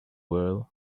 world